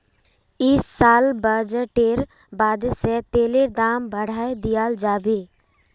इस साल बजटेर बादे से तेलेर दाम बढ़ाय दियाल जाबे